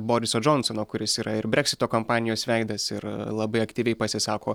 boriso džonsono kuris yra ir breksito kampanijos veidas ir labai aktyviai pasisako